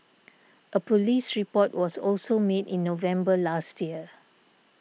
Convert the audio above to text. a police report was also made in November last year